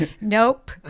Nope